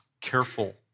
careful